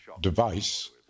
device